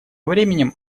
временем